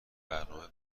برنامه